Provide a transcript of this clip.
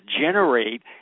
generate